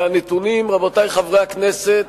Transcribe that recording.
והנתונים, רבותי חברי הכנסת,